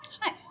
Hi